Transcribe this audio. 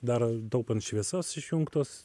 dar taupant šviesas išjungtos